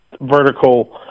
vertical